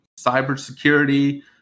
cybersecurity